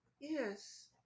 Yes